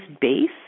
base